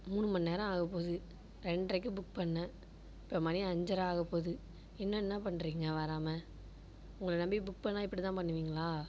மூணு மணி நேரம் ஆகப்போகுது ரெண்டரைக்கு புக் பண்ணினேன் இப்போ மணி அஞ்சரை ஆகப்போகுது இன்னும் என்ன பண்ணுறீங்க வராமல் உங்களை நம்பி புக் பண்ணிணா இப்படித்தான் பண்ணுவீங்களா